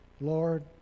Lord